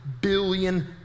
billion